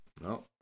No